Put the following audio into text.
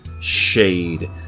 shade